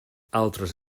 altres